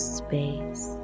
space